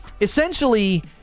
Essentially